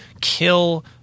kill